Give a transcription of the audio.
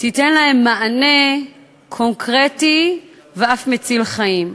תיתן להם מענה קונקרטי ואף מציל חיים.